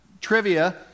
trivia